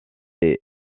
est